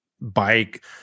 bike